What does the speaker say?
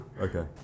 Okay